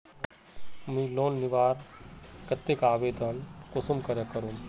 मुई लोन लुबार केते आवेदन कुंसम करे करूम?